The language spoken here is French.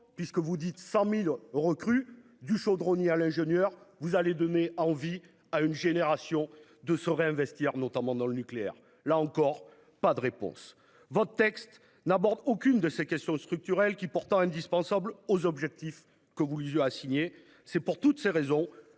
puisque vous dites 100.000 recrues du chaudronnier à l'ingénieur. Vous allez donner envie à une génération de sauver investir notamment dans le nucléaire, là encore pas de réponse. Votre texte n'aborde aucune de ces questions structurelles qui pourtant indispensable aux objectifs que vous Lisieux a signé c'est pour toutes ces raisons